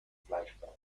flashback